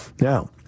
Now